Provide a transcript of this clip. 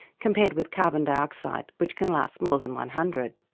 compared with carbon dioxide which can last more than one hundred.